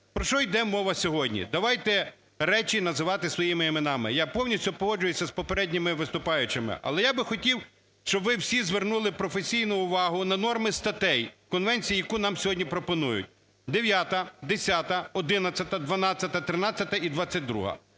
Про що йде мова сьогодні? Давайте речі називати своїми іменами. Я повністю погоджуюся з попередніми виступаючими. Але я би хотів, щоб ви всі звернули професійну увагу на норми статей конвенції, яку нам сьогодні пропонують: 9, 10, 11,12, 13 і 22.